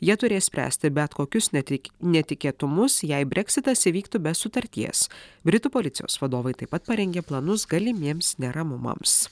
jie turės spręsti bet kokius ne tik netikėtumus jei breksitas įvyktų be sutarties britų policijos vadovai taip pat parengė planus galimiems neramumams